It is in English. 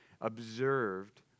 Observed